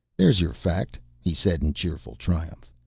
there's your fact, he said in cheerful triumph.